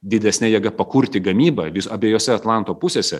didesne jėga pakurti gamybą vis abiejose atlanto pusėse